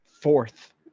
fourth